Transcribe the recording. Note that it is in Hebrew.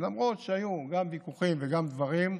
למרות שהיו גם ויכוחים וגם דברים,